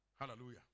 Hallelujah